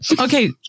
Okay